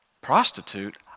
prostitute